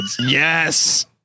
Yes